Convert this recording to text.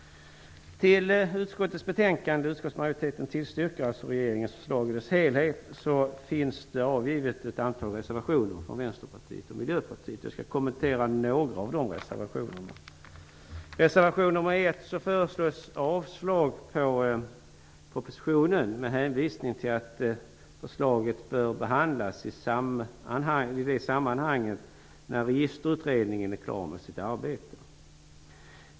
Till utskottets betänkande har det avgivits ett antal reservationer från Vänsterpartiet och Miljöpartiet. Jag skall kommentera några av dessa reservationer. I reservation 1 föreslås avslag på propositionen med hänvisning till att förslaget bör behandlas i sammanhang med Registerutredningens förslag, när denna är klar med sitt arbete.